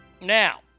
Now